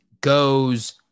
goes